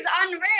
unreal